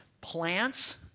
Plants